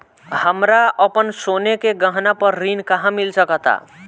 हमरा अपन सोने के गहना पर ऋण कहां मिल सकता?